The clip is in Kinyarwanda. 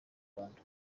rwanda